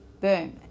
Boom